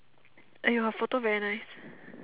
!aiyo! photo very nice